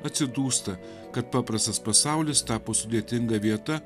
atsidūsta kad paprastas pasaulis tapo sudėtinga vieta